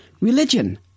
Religion